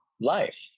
life